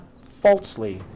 falsely